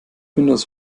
windows